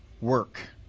work